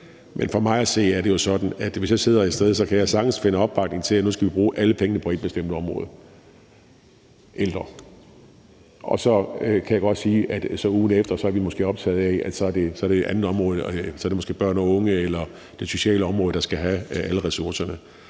Men for mig at se vil det jo være sådan, at hvis jeg sidder et sted, kan jeg sagtens finde opbakning til, at nu skal vi bruge alle pengene på et bestemt område, f.eks. de ældre. Så kan jeg godt se for mig, at ugen efter er man måske optaget af et andet område; så er det måske børn og unge eller det sociale område, der skal have alle ressourcerne.